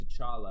T'Challa